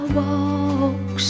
walk